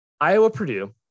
Iowa-Purdue